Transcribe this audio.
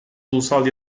ulusal